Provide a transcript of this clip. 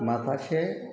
माखासे